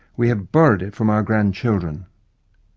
we have borrowed it from our grandchildren.